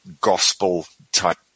gospel-type